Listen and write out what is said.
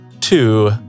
two